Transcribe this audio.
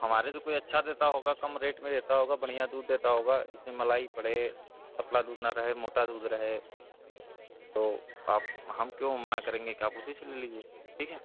हमारे से कोई अच्छा देता होगा कम रेट में देता होगा बढ़िया दूध देता होगा जिसमें मलाई पड़े पतला दूध ना रहे मोटा दूध रहे तो आप हम क्यों मना करेंगे कि आप उसी से ले लीजिए ठीक है